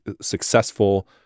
successful